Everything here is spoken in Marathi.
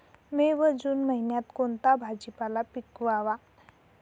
मे व जून महिन्यात कोणता भाजीपाला पिकवावा?